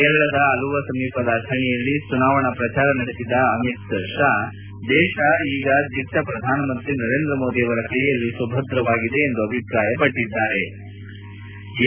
ಕೇರಳದ ಅಲುವಾ ಸಮೀಪದ ಅಥಣಿಯಲ್ಲಿ ಚುನಾವಣೆ ಪ್ರಚಾರ ನಡೆಸಿದ ಅಮಿತ್ ಶಾ ದೇಶ ಈಗ ದಿಟ್ಟ ಪ್ರಧಾನಮಂತ್ರಿ ನರೇಂದ್ರ ಮೋದಿ ಕೈಯಲ್ಲಿ ಸುಭದ್ರವಾಗಿದೆ ಎಂದರು